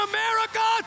America